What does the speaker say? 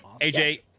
AJ